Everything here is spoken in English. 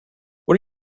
what